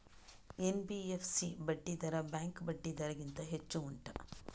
NBFC ಬಡ್ಡಿ ದರ bank ಬಡ್ಡಿ ದರ ಗಿಂತ ಹೆಚ್ಚು ಉಂಟಾ